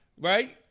Right